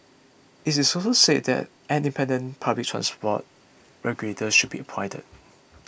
it is also say that an independent public transport regulator should be appointed